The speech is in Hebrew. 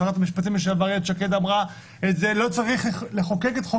שרת המשפטים לשעבר איילת שקד אמרה שלא צריך לחוקק את חוק